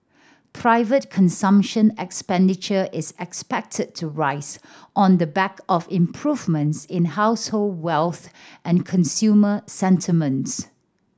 private consumption expenditure is expected to rise on the back of improvements in household wealth and consumer sentiments